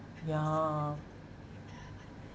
ya